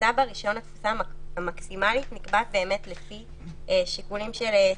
התפוסה המקסימלית ברישיון נקבעת לפי שיקולים של צפיפות.